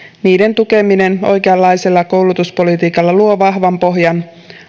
niiden tukeminen oikeanlaisella koulutuspolitiikalla luo vahvan pohjan